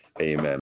Amen